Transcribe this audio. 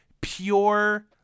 pure